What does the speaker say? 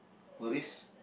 worries